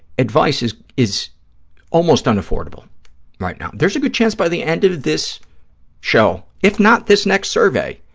advice is is almost unaffordable right now. there's a good chance by the end of this show, if not this next survey,